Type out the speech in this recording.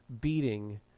beating